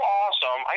awesome